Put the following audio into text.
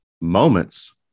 moments